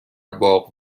باغ